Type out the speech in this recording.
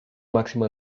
máximo